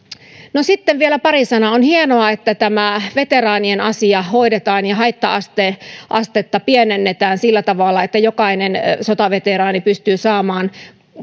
sitten vielä pari sanaa on hienoa että tämä veteraanien asia hoidetaan ja haitta astetta pienennetään sillä tavalla että jokainen sotaveteraani pystyy saamaan